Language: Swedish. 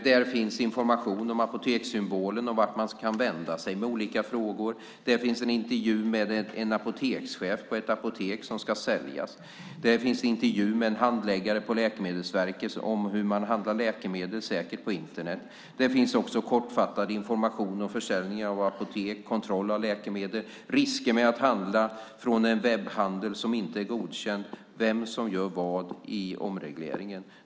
Det ges information om apotekssymbolen och vart man kan vända sig med frågor. Det finns en intervju med en apotekschef på ett apotek som ska säljas samt med en handläggare på Läkemedelsverket om hur man handlar läkemedel på ett säkert sätt på Internet. Vidare finns kortfattad information om försäljning av apotek, kontroll av läkemedel, risker med att handla från en webbhandel som inte är godkänd samt vem som gör vad i omregleringen.